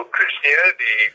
Christianity